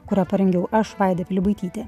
kurią parengiau aš vaida pilibaitytė